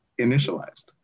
initialized